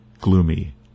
gloomy